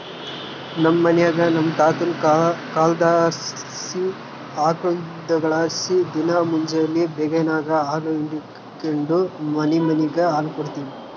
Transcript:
ನಮ್ ಮನ್ಯಾಗ ನಮ್ ತಾತುನ ಕಾಲದ್ಲಾಸಿ ಆಕುಳ್ಗುಳಲಾಸಿ ದಿನಾ ಮುಂಜೇಲಿ ಬೇಗೆನಾಗ ಹಾಲು ಹಿಂಡಿಕೆಂಡು ಮನಿಮನಿಗ್ ಹಾಲು ಕೊಡ್ತೀವಿ